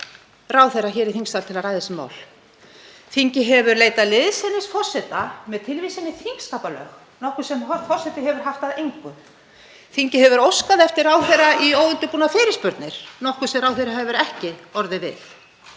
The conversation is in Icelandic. ráðherra í þingsal til að ræða þessi mál. Þingið hefur leitað liðsinnis forseta með tilvísan í þingskapalög, nokkuð sem forseti hefur haft að engu. Þingið hefur óskað eftir ráðherra í óundirbúnar fyrirspurnir, nokkuð sem ráðherra hefur ekki orðið við.